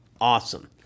Awesome